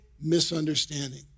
misunderstanding